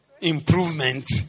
improvement